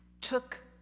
took